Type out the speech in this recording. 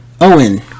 Owen